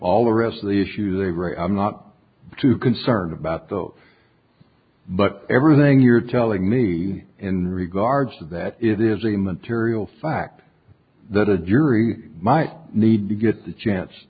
all the rest of the issues are great i'm not too concerned about bill but everything you're telling me in regards to that it is a material fact that a jury might need to get the chance